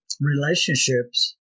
relationships